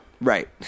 right